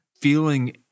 feeling